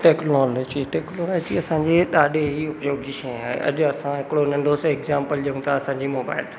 technology technology असांजी ॾाढी योग्य जी शइ आहे अॼु असां हिकिड़ो नंढो सो हिक एक्जामपल ॾेहऊं था असांजी मोबाइल